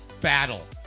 battle